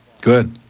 Good